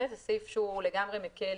זה סעיף שהוא לגמרי מקל.